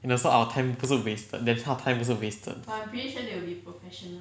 in the sort our time 不是 wasted then 他的 time 也是 wasted